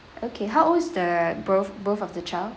okay how old is the both both of the child